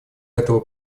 этого